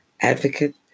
advocate